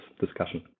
discussion